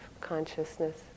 consciousness